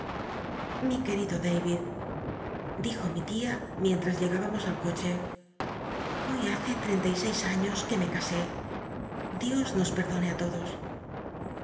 lli querido da id dijo mi tia mientras llegábamos al coche hoy hace treinta y seis años que me casé dios nos perdone á lodos